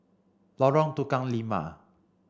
Lorong Tukang Lima